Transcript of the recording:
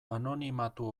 anonimatu